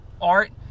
art